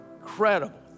incredible